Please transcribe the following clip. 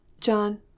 John